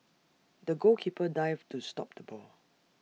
the goalkeeper dived to stop the ball